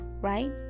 right